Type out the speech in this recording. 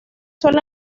suelen